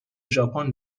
ژاپن